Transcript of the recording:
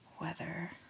weather